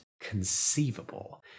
conceivable